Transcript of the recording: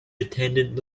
attendant